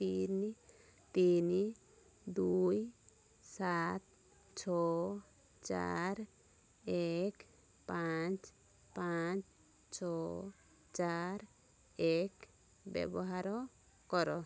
ତିନି ତିନି ଦୁଇ ସାତ ଛଅ ଚାରି ଏକ ପାଞ୍ଚ ପାଞ୍ଚ ଛଅ ଚାରି ଏକ ବ୍ୟବହାର କର